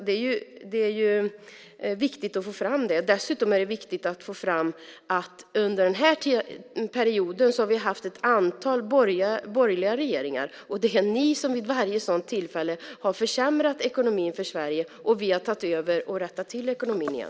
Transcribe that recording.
Det är viktigt att få fram det. Dessutom är det viktigt att få fram att under den här perioden har vi haft ett antal borgerliga regeringar, och det är ni som vid varje sådant tillfälle har försämrat ekonomin för Sverige. Vi har tagit över och rättat till ekonomin igen.